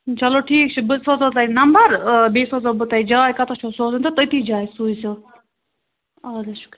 چلو ٹھیٖک چھُ بہٕ سوزَہو تۄہہِ نمبر بیٚیہِ سوزَہو بہٕ تۄہہِ جاے کَتٮ۪س چھُو سوزُن تہٕ تٔتی جایہِ سوٗزۍزیٚو اَدٕ حظ شُکریہ